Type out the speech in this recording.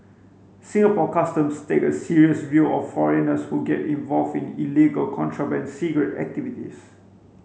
Singapore Customs takes a serious view of foreigners who get involved in illegal contraband cigarette activities